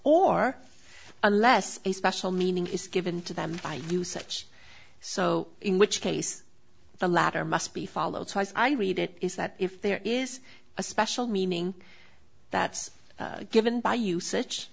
or unless a special meaning is given to them by usage so in which case the latter must be followed i read it is that if there is a special meaning that's given by usage